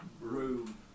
room